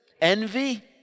Envy